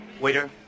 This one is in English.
waiter